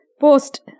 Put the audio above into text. Post